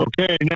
Okay